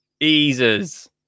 easers